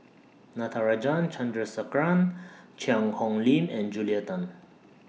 Natarajan Chandrasekaran Cheang Hong Lim and Julia Tan